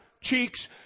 cheeks